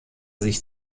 sich